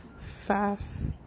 fast